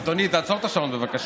אדוני, תעצור את השעון, בבקשה.